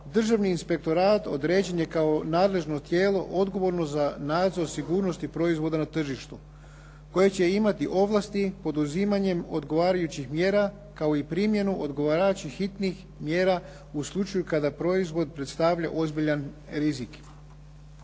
Državni inspektorat određen je kao nadležno tijelo odgovorno za nadzor sigurnosti proizvoda na tržištu koje će imati ovlasti poduzimanjem odgovarajućih mjera kao i primjenu odgovarajućih hitnih mjera kao i primjenu odgovarajućih hitnih